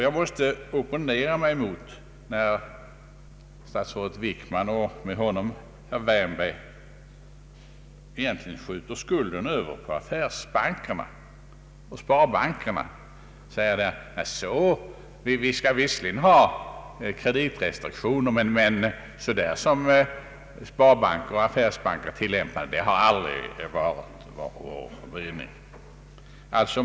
Jag måste opponera mig mot att herr statsrådet Wickman och med honom herr Wärnberg egentligen skjuter över skulden på affärsbankerna och sparbankerna när de säger att vi visserligen skall ha kreditrestriktioner men att så som sparbanker och affärsbanker tillämpar dessa, har aldrig va rit vår mening.